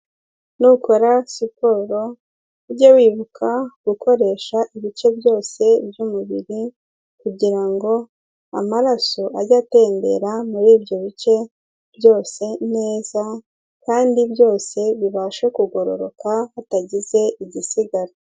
Nukora siporo, ujye wibuka gukoresha ibice byose by'umubiri, kugira ngo amaraso ajye atembera muri ibyo bice byose neza kandi byose bibashe kugororoka hatagize igisigara.